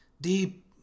deep